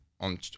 on